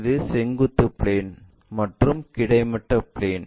இது செங்குத்து பிளேன் மற்றும் கிடைமட்ட பிளேன்